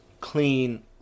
clean